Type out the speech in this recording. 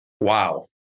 wow